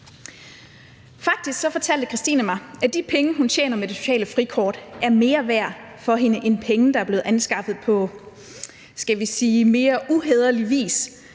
Faktisk fortalte Christine mig, at de penge, hun tjener med det sociale frikort, er mere værd for hende end penge, der er blevet anskaffet på, skal vi